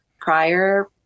prior